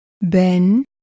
Ben